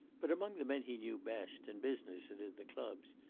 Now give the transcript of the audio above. but, among the men he knew best, in business and in the clubs,